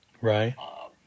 Right